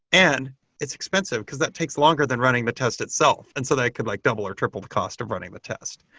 and it's expensive, because that takes longer than running the test itself. and so they could like double or triple the cost of running the test.